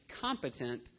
competent